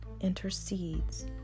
intercedes